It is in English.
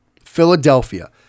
Philadelphia